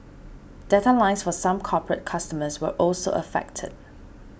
data lines for some corporate customers were also affected